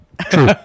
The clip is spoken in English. True